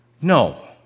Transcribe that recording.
No